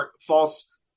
false